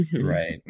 Right